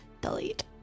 delete